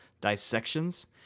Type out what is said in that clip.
dissections